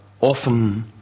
often